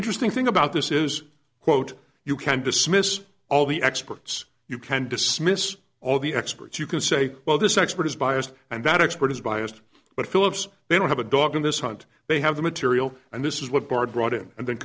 interesting thing about this is quote you can dismiss all the experts you can dismiss all the experts you can say well this expert is biased and that expert is biased but phillips they don't have a dog in this hunt they have the material and this is what bard brought in and then